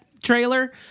Trailer